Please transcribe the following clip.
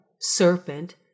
serpent